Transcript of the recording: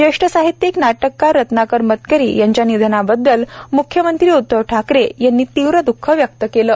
ज्येष्ठ साहित्यिक नाटककार रत्नाकर मतकरी यांच्या निधनाबद्दल म्ख्यमंत्री उद्धव ठाकरे यांनी तीव्र द्ःख व्यक्त केलं आहे